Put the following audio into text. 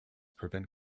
prevent